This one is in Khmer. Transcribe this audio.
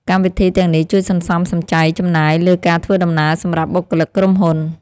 កម្មវិធីទាំងនេះជួយសន្សំសំចៃការចំណាយលើការធ្វើដំណើរសម្រាប់បុគ្គលិកក្រុមហ៊ុន។